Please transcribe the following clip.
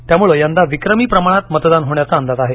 त्यामुळं यंदा विक्रमी प्रमाणात मतदान होण्याचा अंदाज आहे